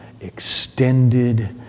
extended